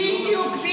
בדיוק.